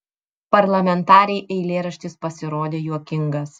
parlamentarei eilėraštis pasirodė juokingas